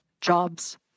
jobs